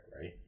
right